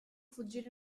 fuggire